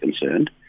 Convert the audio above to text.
concerned